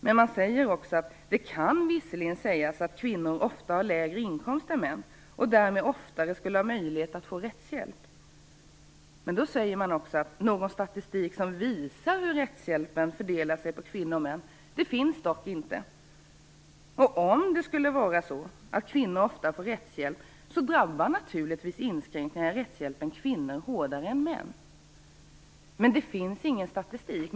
Men man säger också: Det kan visserligen sägas att kvinnor ofta har lägre inkomst än män och därmed oftare skulle ha möjlighet att få rättshjälp. Men då säger man också: Någon statistik som visar hur rättshjälpen fördelar sig på kvinnor och män finns dock inte. Om det skulle vara så att kvinnor ofta får rättshjälp, drabbar naturligtvis inskränkningar i rättshjälpen kvinnor hårdare än män. Men det finns ingen statistik.